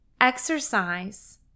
Exercise